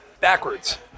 backwards